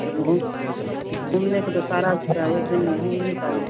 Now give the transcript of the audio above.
हाँ घूम घूमने का तो सारा जगह है एक दिन में घूम नहीं पाइएगा